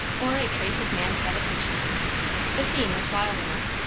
or a trace of man's habitation the scene was wild enough.